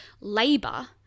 labor